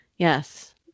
Yes